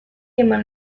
eman